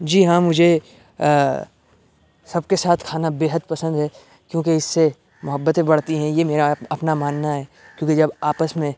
جی ہاں مجھے سب کے ساتھ کھانا بے حد پسند ہے کیوں کہ اس سے محبتیں بڑھتی ہیں یہ میرا اپنا ماننا ہے کیوں کہ جب آپس میں